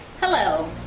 Hello